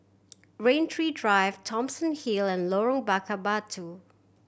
Rain Tree Drive Thomson Hill and Lorong Bakar Batu